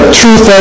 truth